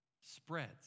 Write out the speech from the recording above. spreads